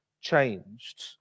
changed